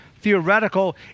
theoretical